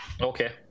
okay